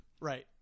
Right